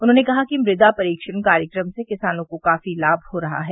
उन्होंने कहा कि मृदा परीक्षण कार्यक्रम से किसानों को काफी लाम हो रहा है